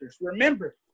Remember